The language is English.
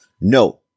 no